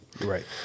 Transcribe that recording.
Right